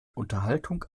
unterhaltung